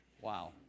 Wow